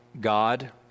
God